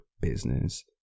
business